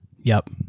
yup.